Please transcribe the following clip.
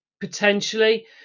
potentially